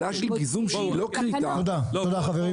תודה, חברים.